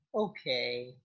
Okay